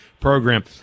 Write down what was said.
program